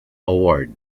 award